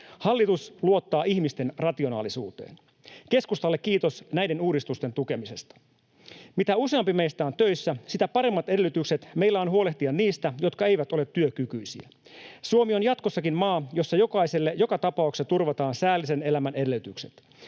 Hallitus luottaa ihmisten rationaalisuuteen. Keskustalle kiitos näiden uudistusten tukemisesta. Mitä useampi meistä on töissä, sitä paremmat edellytykset meillä on huolehtia niistä, jotka eivät ole työkykyisiä. Suomi on jatkossakin maa, jossa jokaiselle joka tapauksessa turvataan säällisen elämän edellytykset.